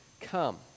come